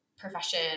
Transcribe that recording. profession